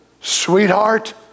sweetheart